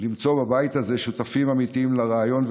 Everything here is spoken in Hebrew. למצוא בבית הזה שותפים אמיתיים לרעיון ולדרך,